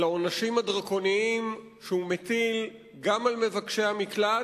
על העונשים הדרקוניים שהוא מטיל גם על מבקשי מקלט,